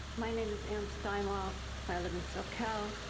my name is ann steinlauf. i live in socal.